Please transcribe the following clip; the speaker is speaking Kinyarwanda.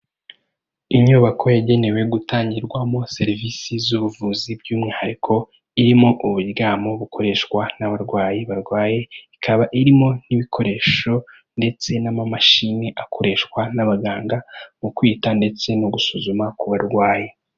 Inyubako yagenewe gutangirwamo serivisi z'ubuvuzi by'umwihariko irimo uburyamo bukoreshwa n'abarwayi barwaye, ikaba irimo n'ibikoresho ndetse n'amamashini akoreshwa n'abaganga mu kwita ndetse no gusuzuma ku barwayi.